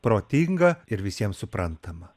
protinga ir visiems suprantama